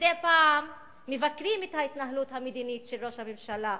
מדי פעם מבקרים את ההתנהלות המדינית של ראש הממשלה,